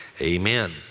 amen